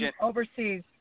overseas